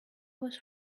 was